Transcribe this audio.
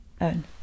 own